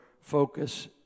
focus